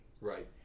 Right